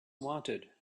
wanted